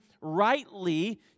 rightly